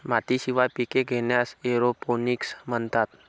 मातीशिवाय पिके घेण्यास एरोपोनिक्स म्हणतात